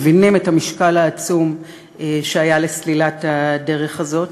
מבינים את המשקל העצום שהיה לסלילת הדרך הזאת.